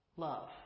love